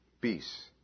Peace